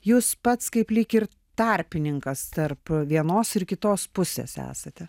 jūs pats kaip lyg ir tarpininkas tarp vienos ir kitos pusės esate